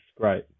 great